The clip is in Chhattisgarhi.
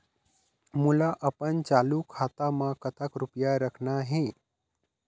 मोला अपन चालू खाता म कतक रूपया रखना हे?